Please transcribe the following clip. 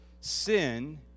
sin